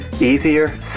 Easier